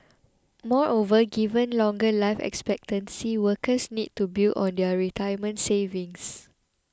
moreover given longer life expectancy workers need to build on their retirement savings